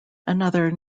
another